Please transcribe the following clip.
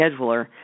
scheduler